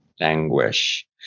anguish